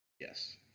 yes